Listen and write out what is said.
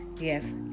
Yes